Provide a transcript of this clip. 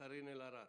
קארין אלהרר,